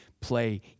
play